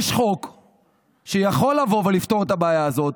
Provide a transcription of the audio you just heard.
יש חוק שיכול לבוא ולפתור את הבעיה הזאת,